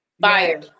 Fire